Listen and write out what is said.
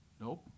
Nope